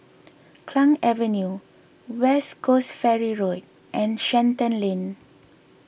Klang Avenue West Coast Ferry Road and Shenton Lane